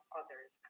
others